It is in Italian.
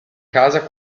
casa